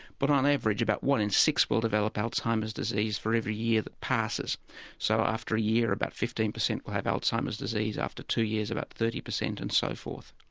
but on average, about one in six will develop alzheimer's disease for every year that passes so after a year about fifteen percent will have alzheimer's disease, after two years thirty percent and so forth.